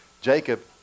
Jacob